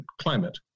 climate